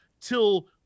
till